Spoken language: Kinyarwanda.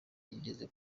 igeze